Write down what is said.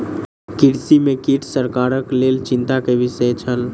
कृषि में कीट सरकारक लेल चिंता के विषय छल